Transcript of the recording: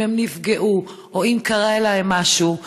אם הן נפגעו או אם קרה להן משהו,